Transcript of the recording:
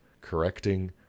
correcting